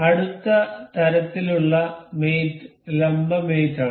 അടുത്ത തരത്തിലുള്ള മേറ്റ് ലംബ മേറ്റ് ആണ്